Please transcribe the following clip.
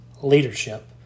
leadership